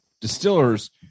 distillers